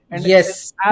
Yes